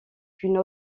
une